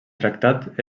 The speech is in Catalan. tractat